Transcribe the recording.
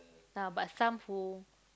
ah but some who